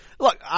Look